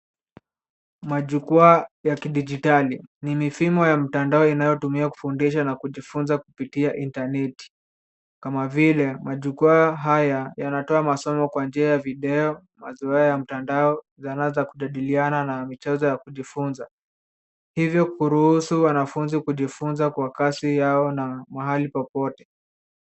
Majukwaa ya kidijitali ni mifumo ya mtandao inayotumia kufundisha na kujifunza kupitia intaneti kama vile majukwaa haya yanatoa masomo kwa njia ya video, mazoea ya mtandao, dhana za kujadiliana na michezo ya kujifunza. Hivyo huruhusu wanafunzi kujifunza kwa kasi yao na mahali popote.